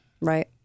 right